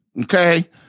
Okay